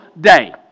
day